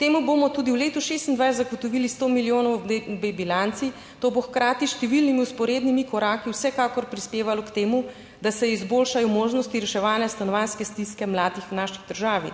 Temu bomo tudi v letu 2026 zagotovili 100 milijonov v B bilanci, to bo hkrati s številnimi vzporednimi koraki vsekakor prispevalo k temu, da se izboljšajo možnosti reševanja stanovanjske stiske mladih v naši državi.